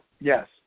Yes